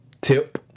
Tip